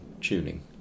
tuning